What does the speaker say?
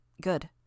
Good